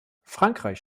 frankreich